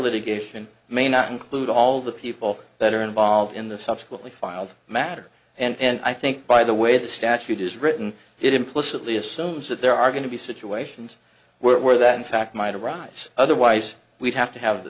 litigation may not include all the people that are involved in the subsequently filed matter and i think by the way the statute is written it implicitly assumes that there are going to be situations where that in fact might arise otherwise we'd have to have the